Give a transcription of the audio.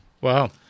Wow